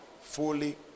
fully